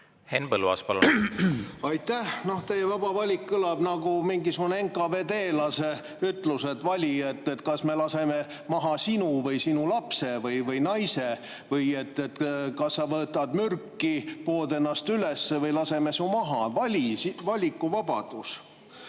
teie [kasutatud sõnapaar] "vaba valik" kõlab nagu mingi NKVD‑lase ütlus, et vali, kas me laseme maha sinu või sinu lapse või naise või kas sa võtad mürki, pood ennast üles või laseme su maha – vali, valikuvabadus.